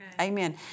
Amen